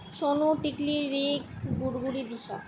Sonu Tikli Hrik Gurguri Disha